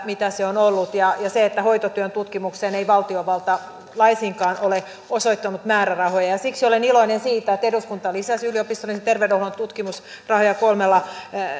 mitä se on ollut ja se että hoitotyön tutkimukseen ei valtiovalta laisinkaan ole osoittanut määrärahoja siksi olen iloinen siitä että eduskunta lisäsi yliopistollisen terveydenhuollon tutkimusrahoja kolmella